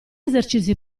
esercizi